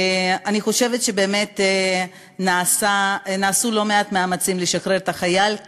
אני חושבת שבאמת נעשו לא מעט מאמצים לשחרר את החייל.